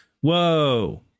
whoa